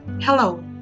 Hello